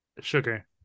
Sugar